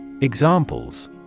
Examples